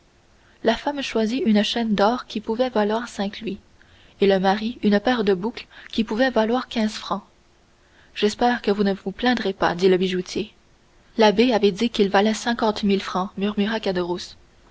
la femme choisit une chaîne d'or qui pouvait valoir cinq louis et le mari une paire de boucles qui pouvait valoir quinze francs j'espère que vous ne vous plaindrez pas dit le bijoutier l'abbé avait dit qu'il valait cinquante mille francs